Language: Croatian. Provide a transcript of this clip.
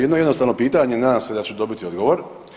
Jedno jednostavno pitanje, nadam se da ću dobiti odgovor.